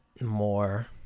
more